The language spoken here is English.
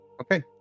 Okay